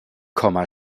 komma